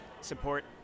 support